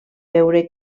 veure